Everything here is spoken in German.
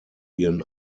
ihren